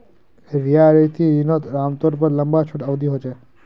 रियायती रिनोत आमतौर पर लंबा छुट अवधी होचे